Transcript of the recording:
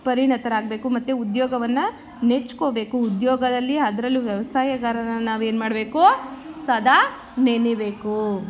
ಪರಿಣತರಾಗಬೇಕು ಮತ್ತೆ ಉದ್ಯೋಗವನ್ನು ನೆಚ್ಕೊಬೇಕು ಉದ್ಯೋಗದಲ್ಲಿ ಅದರಲ್ಲೂ ವ್ಯವಸಾಯಗಾರರನ್ನು ನಾವು ಏನು ಮಾಡಬೇಕು ಸದಾ ನೆನೆಬೇಕು